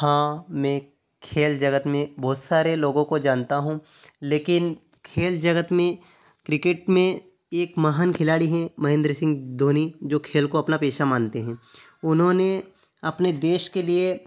हाँ मैं खेल जगत में बहुत सारे लोगों को जानता हूँ लेकिन खेल जगत में क्रिकेट में एक महान खिलाड़ी हैं महेंद्र सिंह धोनी जो खेल को अपना पेशा मानते हैं उन्होंने अपने देश के लिए